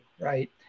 right